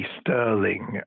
sterling